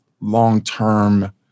long-term